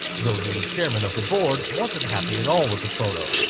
though the chairman of the board wasn't happy at all with the photo.